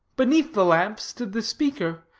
beneath the lamp stood the speaker,